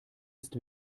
ist